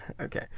Okay